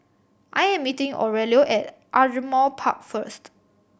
I'm meeting Aurelio at Ardmore Park first